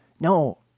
No